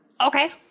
Okay